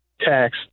tax